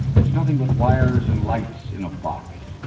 it's nothing but wires and lights in a box.